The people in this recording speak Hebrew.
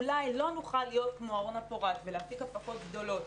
אולי לא נוכל להיות כמו אורנה פורת ולהפיק הפקות גדולות,